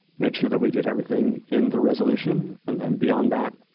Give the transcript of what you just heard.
make sure that we did everything in the resolution. and then beyond that,